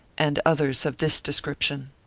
and others of this description.